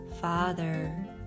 Father